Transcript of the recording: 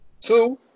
Two